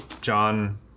John